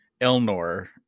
Elnor